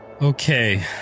Okay